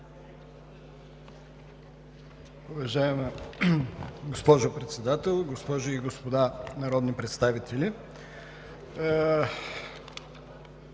Уважаема госпожо Председател, госпожи и господа народни представители!